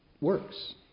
works